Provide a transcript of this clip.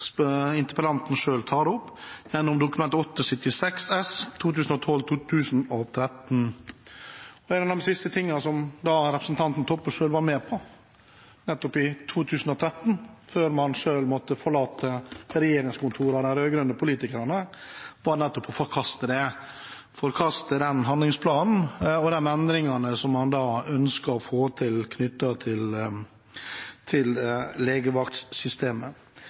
som interpellanten selv tar opp, gjennom Dokument 8:76 S for 2012–2013. Noe av det siste representanten Toppe selv var med på i 2013, før de rød-grønne politikerne måtte forlate regjeringskontorene, var nettopp å forkaste den handlingsplanen og de endringene man da ønsket å få til